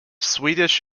swedish